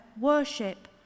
worship